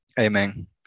Amen